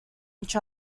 each